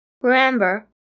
Remember